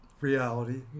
reality